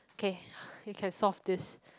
okay you can solve this